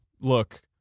look